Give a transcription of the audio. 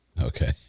Okay